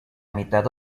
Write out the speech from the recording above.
mitad